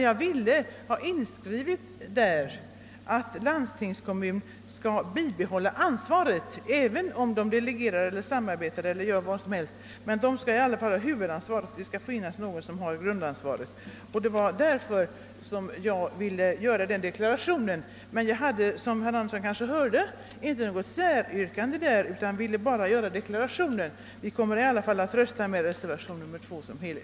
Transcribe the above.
Jag ville emellertid ha inskrivet i lagen att landstingskommun skall behålla huvudansvaret, även om den delegerar ledningen av en skyddad verkstad. Detta var anledningen till min deklaration. Jag ställde dock inte, såsom herr Anderson kanske minns, något säryrkande på denna punkt, utan vi kommer vid voteringen att rösta på reservationen II.